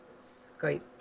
Skype